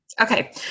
Okay